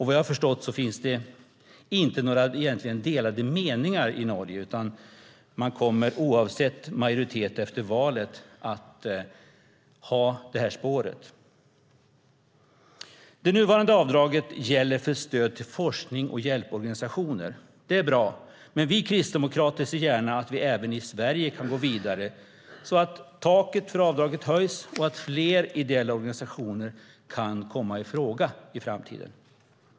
Vad jag har förstått finns det egentligen inte några delade meningar i Norge, utan oavsett majoritet efter valet kommer man att ha det här spåret. Det nuvarande avdraget gäller stöd till forsknings och hjälporganisationer. Det är bra. Men vi kristdemokrater ser gärna att vi även i Sverige kan gå vidare, så att taket för avdraget höjs och att fler ideella organisationer kan komma i fråga i framtiden.